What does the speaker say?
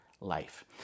life